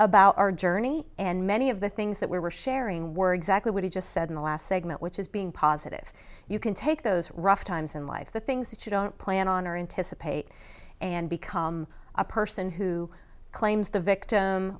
about our journey and many of the things that we were sharing were exactly what he just said in the last segment which is being positive you can take those rough times in life the things that you don't plan on or intice a pate and become a person who claims the victim